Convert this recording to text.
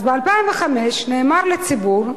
אז, ב-2005 נאמר לציבור,